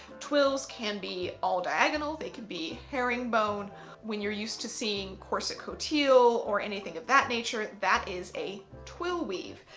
twills can be all diagonal, they can be herringbone when you're used to seeing corset coutils or anything of that nature that is a twill weave.